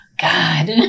God